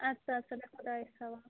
اَدٕ سا اَدٕ سا بیٚہہ خۄدایَس حوال